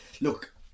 look